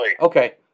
Okay